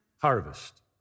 harvest